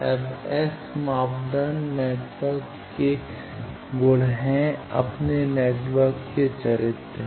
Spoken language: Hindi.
अब S मापदंड नेटवर्क के के गुण हैं अपने नेटवर्क के चरित्र हैं